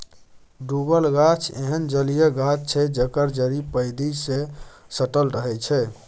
डुबल गाछ एहन जलीय गाछ छै जकर जड़ि पैंदी सँ सटल रहै छै